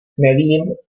nevím